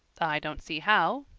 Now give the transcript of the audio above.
i don't see how,